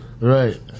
Right